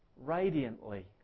radiantly